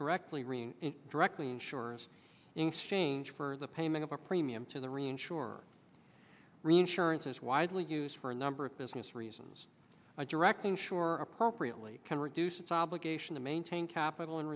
directly ring directly insurers in exchange for the payment of a premium to the reinsurance reinsurance is widely used for a number of business reasons a direct insurer appropriately can reduce its obligation to maintain capital in